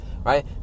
Right